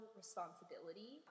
responsibility